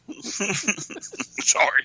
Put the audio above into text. Sorry